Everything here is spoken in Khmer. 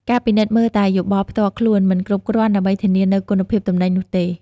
ការពិនិត្យមើលតែយោបល់ផ្ទាល់ខ្លួនមិនគ្រប់គ្រាន់ដើម្បីធានានូវគុណភាពទំនិញនោះទេ។